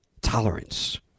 tolerance